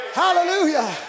hallelujah